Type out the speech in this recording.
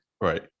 Right